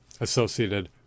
associated